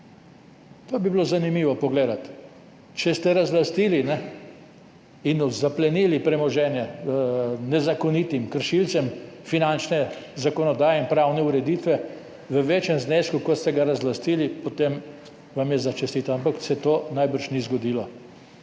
To bi bilo zanimivo pogledati. Če ste razlastili in zaplenili premoženje nezakonitim kršilcem finančne zakonodaje in pravne ureditve v večjem znesku, kot ste ga razlastili, potem vam lahko čestitamo, ampak se to najbrž ni zgodilo.